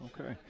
okay